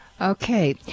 Okay